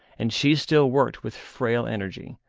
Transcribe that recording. and she still worked with frail energy,